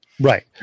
right